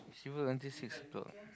she work until six o-clock